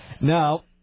Now